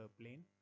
plane